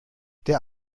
der